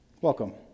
Welcome